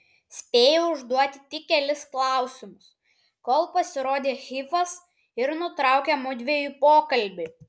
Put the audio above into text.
spėjau užduoti tik kelis klausimus kol pasirodė hifas ir nutraukė mudviejų pokalbį